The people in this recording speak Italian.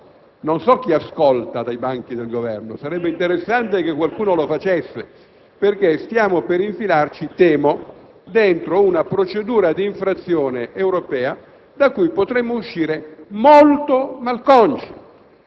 Signor Presidente, onorevoli colleghi, vi chiedo un attimo di attenzione, perché stiamo entrando su un terreno molto delicato su cui possiamo scivolare e farci male.